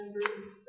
members